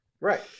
Right